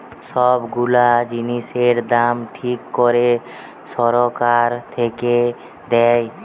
সব গুলা জিনিসের দাম ঠিক করে সরকার থেকে দেয়